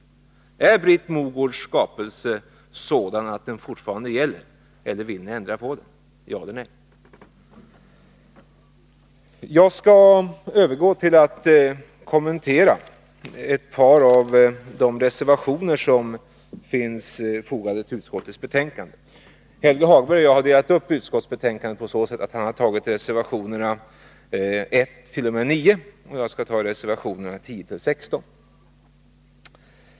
Gäller Britt Mogårds skapelse fortfarande, eller vill ni ändra på den — ja eller nej? Jag skall nu övergå till att kommentera några av de reservationer som är fogade till utskottsbetänkandet. Helge Hagberg och jag har delat upp betänkandet så att han har tagit upp reservationerna 1-9, och jag skall ta upp reservationerna 10-16.